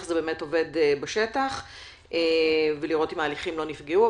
זה עובד בשטח ולראות אם ההליכים לא נפגעו.